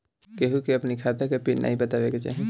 केहू के अपनी खाता के पिन नाइ बतावे के चाही